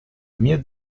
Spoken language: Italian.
mia